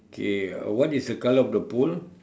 okay what is the colour of the pole